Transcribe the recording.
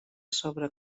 sobre